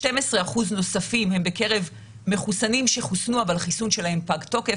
12% נוספים הם בקרב מחוסנים שחוסנו והחיסון שלהם פג תוקף.